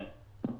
כן.